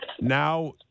Now